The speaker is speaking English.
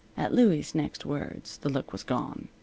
at louie's next words the look was gone.